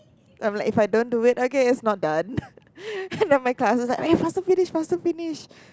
I'm like if I don't do it okay it's not done then my classes faster finish faster finish